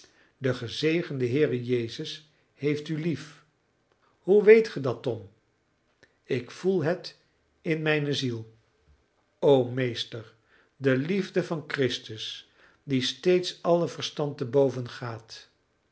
liefhebben de gezegende heere jezus heeft u lief hoe weet ge dat tom ik voel het in mijne ziel o meester de liefde van christus die steeds alle verstand te boven gaat